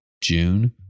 June